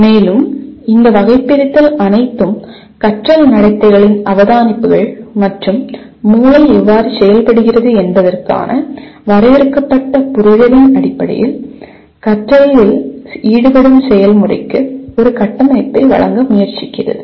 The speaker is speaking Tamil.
மேலும் இந்த வகைபிரித்தல் அனைத்தும் கற்றல் நடத்தைகளின் அவதானிப்புகள் மற்றும் மூளை எவ்வாறு செயல்படுகிறது என்பதற்கான வரையறுக்கப்பட்ட புரிதலின் அடிப்படையில் கற்றலில் ஈடுபடும் செயல்முறைக்கு ஒரு கட்டமைப்பை வழங்க முயற்சிக்கிறது